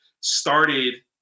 started